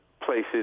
places